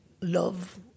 love